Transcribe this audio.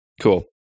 Cool